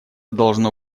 должно